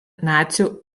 nacių